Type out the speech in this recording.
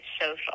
social